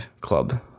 club